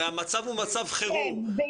הרי המצב הוא מצב חירום --- כן,